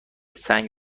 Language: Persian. سنگ